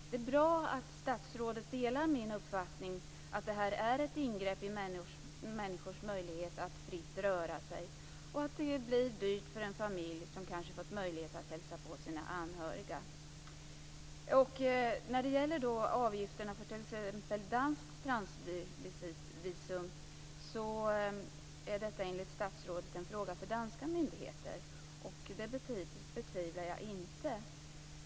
Det är bra att statsrådet delar min uppfattning att detta är ett ingrepp i människors möjligheter att fritt röra sig och att det blir dyrt för en familj som kanske fått möjlighet att hälsa på sina anhöriga. Enligt statsrådet är avgifterna för danskt transitvisum en fråga för danska myndigheter, och det betvivlar jag inte.